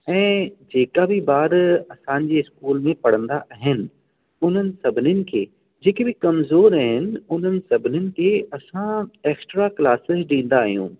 ऐं जेका बि ॿार असांजे इस्कूल में पढ़ंदा आहिनि उन्हनि सभिनिनि खे जेके बि कमज़ोर आहिनि उन्हनि सभिनिनि खे असां एक्स्ट्रा क्लासिस ॾींदा आहियूं